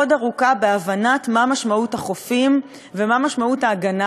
ארוכה בהבנה של מה משמעות החופים ומה משמעות ההגנה